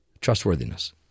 trustworthiness